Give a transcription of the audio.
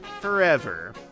forever